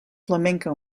flamenco